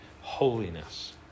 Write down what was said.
holiness